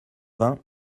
vingt